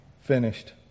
finished